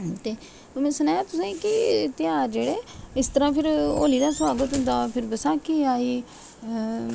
में सनाया तुसें गी धेयार जेह्ड़े इस तरह् फिर होली दा सोआगत होंदा फिर बसाखी आई